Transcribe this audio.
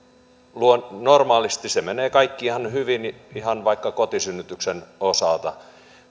normaalisti kaikki menee ihan hyvin ihan vaikka kotisynnytyksen osalta